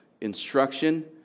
instruction